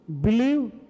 believe